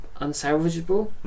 unsalvageable